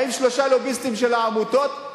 באים שלושה לוביסטים של העמותות,